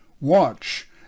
Watch